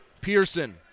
Pearson